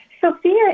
Sophia